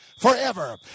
forever